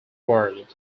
world